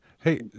Hey